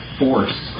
force